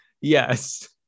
yes